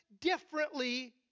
differently